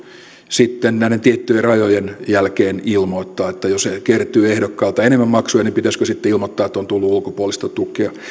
sitten näiden tiettyjen rajojen jälkeen ilmoittaa että jos ehdokkailta kertyy enemmän maksuja niin pitäisikö sitten ilmoittaa että on tullut ulkopuolista tukea